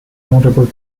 notable